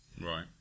Right